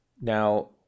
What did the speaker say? now